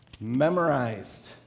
Memorized